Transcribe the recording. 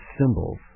symbols